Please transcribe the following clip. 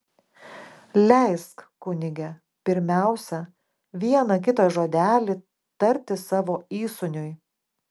leisk kunige pirmiausia vieną kitą žodelį tarti savo įsūniui